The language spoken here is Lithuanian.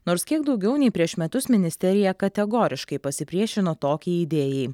nors kiek daugiau nei prieš metus ministerija kategoriškai pasipriešino tokiai idėjai